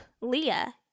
Leah